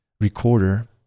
recorder